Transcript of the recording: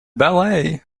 ballet